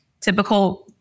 Typical